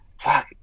Fuck